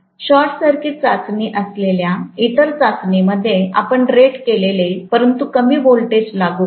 आणि short circuit चाचणी असलेल्या इतर चाचणी मध्ये आपण रेट केलेले परंतु कमी व्होल्टेज लागू करते